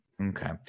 Okay